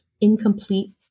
incomplete